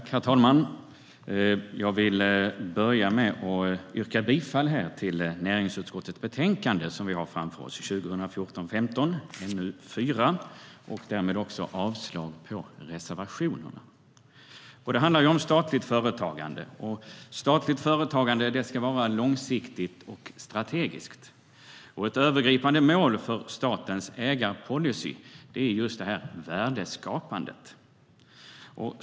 Herr talman! Jag yrkar bifall till förslaget i näringsutskottets betänkande NU4 om statligt företagande och avslag på reservationerna. Statligt företagande ska vara långsiktigt och strategiskt. Ett övergripande mål för statens ägarpolicy är värdeskapandet.